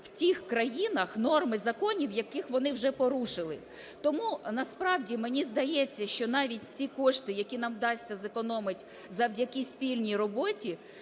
в тих країнах, норми законів яких вони вже порушили. Тому насправді мені здається, що навіть ті кошти, які нам вдасться зекономити завдяки спільній роботі